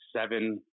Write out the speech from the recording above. seven